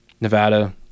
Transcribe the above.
Nevada